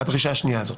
הדרישה השנייה הזאת.